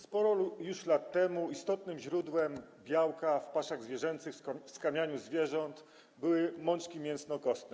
Sporo lat temu istotnym źródłem białka w paszach zwierzęcych w skarmianiu zwierząt były mączki mięsno-kostne.